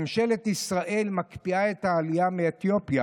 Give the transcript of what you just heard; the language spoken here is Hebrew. ממשלת ישראל מקפיאה את העלייה מאתיופיה